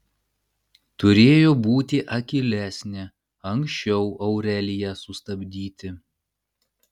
turėjo būti akylesnė anksčiau aureliją sustabdyti